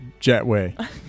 jetway